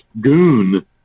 goon